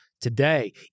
today